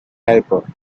helper